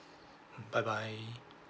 mm bye bye